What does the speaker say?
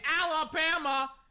Alabama